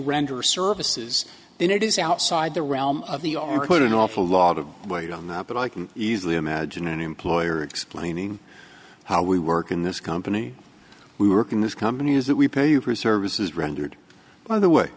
render services and it is our side the realm of the or put an awful lot of weight on that but i can easily imagine an employer explaining how we work in this company we work in this company is that we pay you for services rendered by the way